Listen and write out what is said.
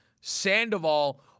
Sandoval